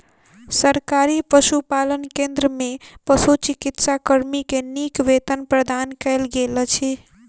सरकारी पशुपालन केंद्र में पशुचिकित्सा कर्मी के नीक वेतन प्रदान कयल गेल अछि